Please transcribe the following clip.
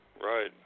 right